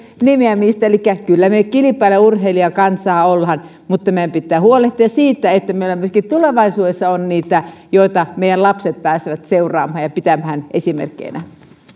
nimeämistä elikkä kyllä me kilpailijaurheilijakansaa olemme mutta meidän pitää huolehtia siitä että meillä myöskin tulevaisuudessa on niitä joita meidän lapsemme pääsevät seuraamaan ja pitämään esimerkkeinä